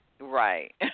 Right